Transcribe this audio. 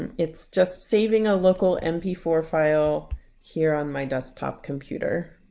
it's just saving a local m p four file here on my desktop computer.